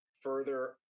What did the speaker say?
further